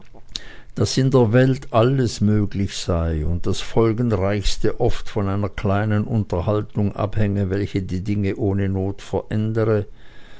daß in der welt alles möglich sei und das folgenreichste oft von einer kleinen unterlassung abhänge welche die dinge ohne not verändere